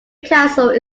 castle